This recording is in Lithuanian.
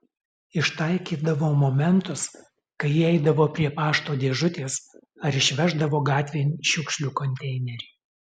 ištaikydavau momentus kai ji eidavo prie pašto dėžutės ar išveždavo gatvėn šiukšlių konteinerį